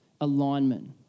alignment